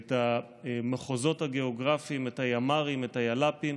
את המחוזות הגיאוגרפיים, את הימ"רים, את היל"פים,